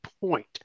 point